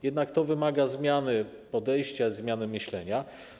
Jednak to wymaga zmiany podejścia, zmiany myślenia.